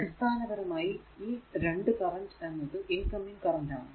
അടിസ്ഥാനപരമായി ഈ 2 കറന്റ് എന്നത് ഇൻകമിങ് കറന്റ് ആണ്